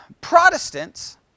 Protestants